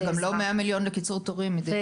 זה גם לא 100 מיליון לקיצור תורים, עדית.